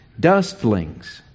dustlings